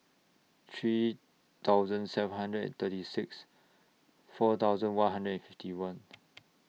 three thousand seven hundred and thirty six four thousand one hundred and fifty one